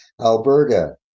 Alberta